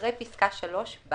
אחרי פסקה (3) בא